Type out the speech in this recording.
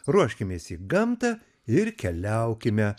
ruoškimės į gamtą ir keliaukime